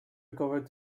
recovered